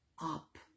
up